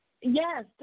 Yes